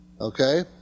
Okay